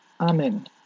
amen